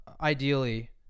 ideally